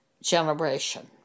generation